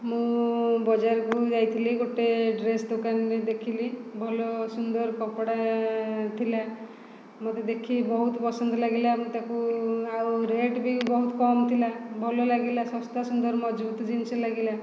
ମୁଁ ବଜାରକୁ ଯାଇଥିଲି ଗୋଟିଏ ଡ୍ରେସ ଦୋକାନରେ ଦେଖିଲି ଭଲ ସୁନ୍ଦର କପଡ଼ା ଥିଲା ମୋତେ ଦେଖି ବହୁତ ପସନ୍ଦ ଲାଗିଲା ମୁଁ ତାକୁ ଆଉ ରେଟ ବି ବହୁତ କମ ଥିଲା ଭଲ ଲାଗିଲା ଶସ୍ତା ସୁନ୍ଦର ମଜବୁତ ଜିନିଷ ଲାଗିଲା